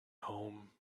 home